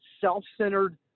self-centered